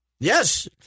Yes